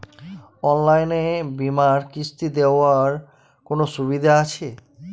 অনলাইনে বীমার কিস্তি দেওয়ার কোন সুবিধে আছে?